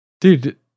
dude